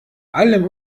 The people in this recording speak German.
allem